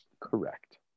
Correct